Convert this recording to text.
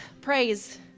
praise